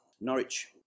Norwich